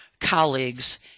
colleagues